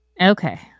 Okay